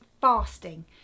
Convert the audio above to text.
fasting